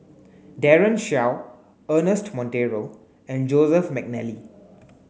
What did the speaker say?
Daren Shiau Ernest Monteiro and Joseph Mcnally